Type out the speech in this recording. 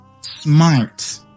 Smart